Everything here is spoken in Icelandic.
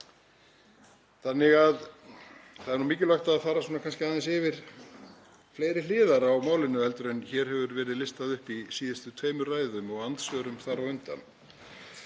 Þannig að það er mikilvægt að fara kannski aðeins yfir fleiri hliðar á málinu heldur en hér hafa verið listaðar upp í síðustu tveimur ræðum og andsvörum þar á undan.